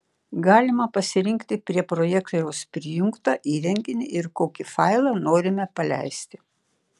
galima pasirinkti prie projektoriaus prijungtą įrenginį ir kokį failą norime paleisti